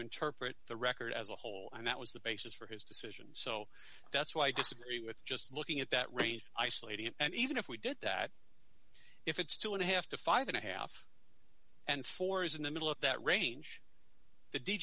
interpret the record as a whole and that was the basis for his decision so that's why i guess i'm just looking at that range isolating it and even if we did that if it's two and a half to five and a half and four is in the middle of that range the d